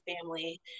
family